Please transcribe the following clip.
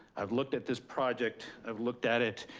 i've looked at this project, i've looked at it,